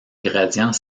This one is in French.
gradient